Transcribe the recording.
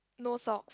no socks